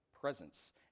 presence